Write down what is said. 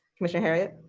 commissioner heriot?